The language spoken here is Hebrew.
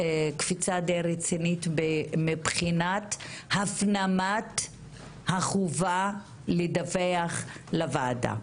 קפיצה די רצינית בהפנמת החובה לדווח לוועדה.